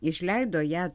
išleido ją